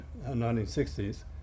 1960s